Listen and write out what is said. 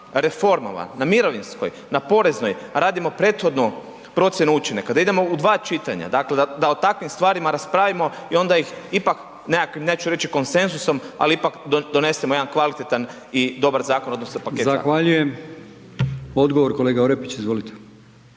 reformama, na mirovinskoj, na poreznoj, radimo prethodnu procjenu učinaka, da idemo u dva čitanja, dakle da o takvim stvarima raspravimo i onda ih ipak nekakvim, neću reći konsenzusom ali ipak donesemo jedan kvalitetan i dobar zakon odnosno paket zakona. **Brkić, Milijan (HDZ)** Zahvaljujem. Odgovor kolega Orepić, izvolite.